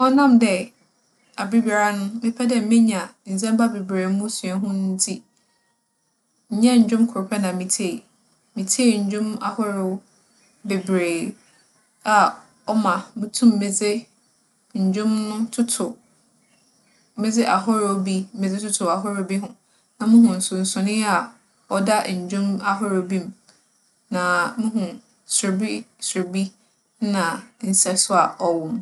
ͻnam dɛ aberbiara no, mepɛ dɛ minya ndzɛmba beberee mu suahu ntsi, nnyɛ ndwom kor pɛr na mitsie. Mitsie ndwom ahorow beberee a ͻma mutum medze ndwom no toto -medze ahorow bi medze toto ahorow bi ho na muhu nsonsoree a ͻda ndwom ahorow bi mu. Na muhu sorbisorbi nna nsɛ so a ͻwͻ mu.